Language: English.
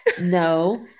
No